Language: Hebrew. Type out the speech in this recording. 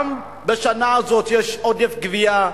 גם בשנה הזאת יש עודף גבייה.